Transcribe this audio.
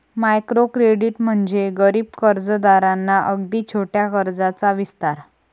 micro credit म्हणजे गरीब कर्जदारांना अगदी छोट्या कर्जाचा विस्तार